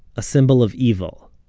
a symbol of evil.